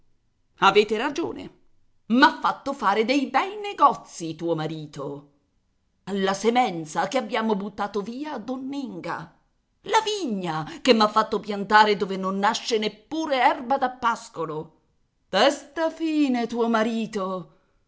avete ragione m'ha fatto fare dei bei negozi tuo marito la semenza che abbiamo buttato via a donninga la vigna che m'ha fatto piantare dove non nasce neppure erba da pascolo testa fine tuo marito